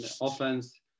offense